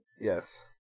Yes